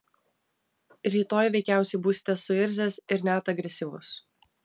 rytoj veikiausiai būsite suirzęs ir net agresyvus